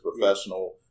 professional